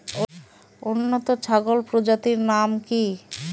উন্নত ছাগল প্রজাতির নাম কি কি?